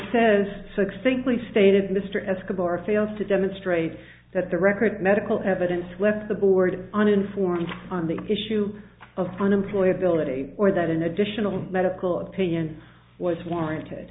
says succinctly stated mr escobar fails to demonstrate that the record medical evidence left the board uninformed on the issue of gun employee ability or that an additional medical opinion was warranted